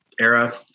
era